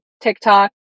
tiktok